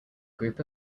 group